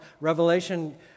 Revelation